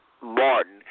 Martin